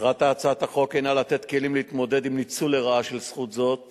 מטרת הצעת החוק הינה לתת כלים להתמודדות עם ניצול לרעה של זכות זאת